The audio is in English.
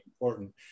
important